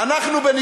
להביט להם